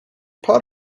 part